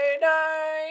night